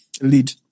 Lead